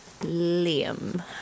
Liam